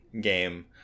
game